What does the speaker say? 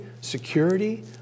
security